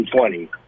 2020